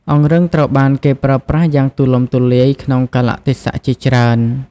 អង្រឹងត្រូវបានគេប្រើប្រាស់យ៉ាងទូលំទូលាយក្នុងកាលៈទេសៈជាច្រើន។